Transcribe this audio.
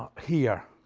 here?